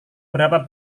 berapa